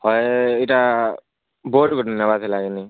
ହଏ ଏଇଟା ବୁଟ୍ ଗୋଟେ ନେବାର ଥିଲା କିନି